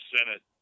Senate